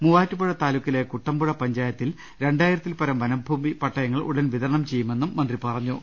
മൂവാ റ്റുപുഴ താലൂക്കിലെ കുട്ടംപുഴ പഞ്ചായത്തിൽ രണ്ടായിരത്തിൽ പരം വനം ഭൂമി പട്ടയങ്ങൾ ഉടൻ വിതരണം ചെയ്യുമെന്നും മന്ത്രി പറ ഞ്ഞു